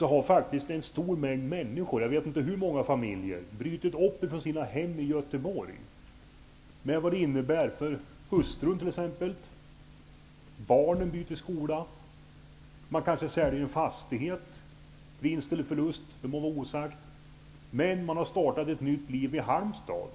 har en stor mängd människor, jag vet inte hur många familjer, brutit upp från sina hem i Göteborg, med allt vad det innebär för t.ex. hustrun. Barnen byter skola. Man kanske säljer en fastighet, vinst eller förlust må vara osagt. Men man har startat ett nytt liv i Halmstad.